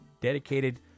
dedicated